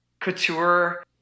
Couture